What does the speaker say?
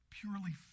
purely